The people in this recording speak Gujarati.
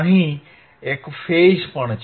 અહીં એક ફેઝ પણ છે